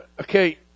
okay